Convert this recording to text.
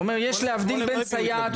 הוא אומר שיש להבדיל בין סייעת לבין